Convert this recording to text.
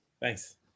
Thanks